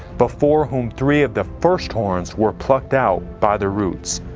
before whom three of the first horns were plucked out by the roots.